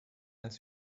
als